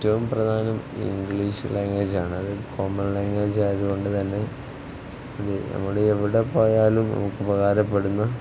ഏറ്റവും പ്രധാനം English language ആണ് അത് കോമൺ ലാംഗ്വേജ് ആയത് കൊണ്ട് തന്നെ ഇത് നമ്മൾ എവിടെ പോയാലും നമുക്ക് ഉപകാരപ്പെടുന്ന